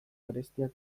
garestiak